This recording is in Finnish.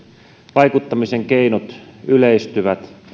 vaikuttamisen keinot yleistyvät